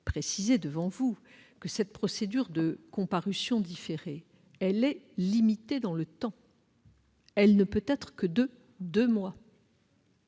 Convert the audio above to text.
préciser devant vous que cette procédure de comparution différée est limitée dans le temps, ne pouvant excéder deux mois.